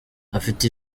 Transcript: afite